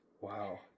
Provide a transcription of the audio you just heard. Wow